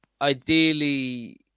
ideally